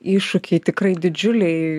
iššūkiai tikrai didžiuliai